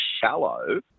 shallow